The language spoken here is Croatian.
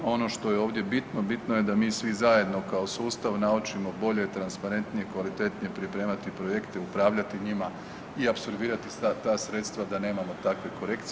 Ono što je ovdje bitno, bitno je da mi svi zajedno kao sustav naučimo bolje, transparentnije, kvalitetnije pripremati projekte, upravljati njima i apsorbirati ta sredstva da nemamo takve korekcije.